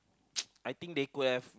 I think they could have